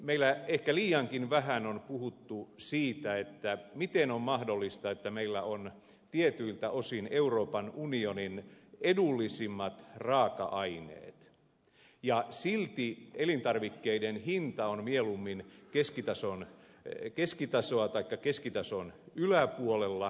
meillä ehkä liiankin vähän on puhuttu siitä miten on mahdollista että meillä on tietyiltä osin euroopan unionin edullisimmat raaka aineet ja silti elintarvikkeiden hinta on mieluummin keskitasoa taikka keskitason yläpuolella